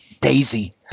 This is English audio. Daisy